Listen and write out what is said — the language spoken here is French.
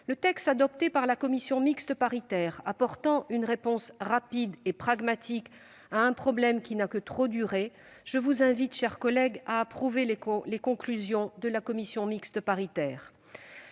Le texte adopté par la commission mixte paritaire apportant une réponse rapide et pragmatique à un problème qui n'a que trop duré, je vous invite, mes chers collègues, à approuver les conclusions de la commission mixte paritaire.